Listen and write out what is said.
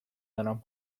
برم